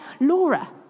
Laura